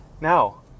Now